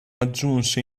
aggiunse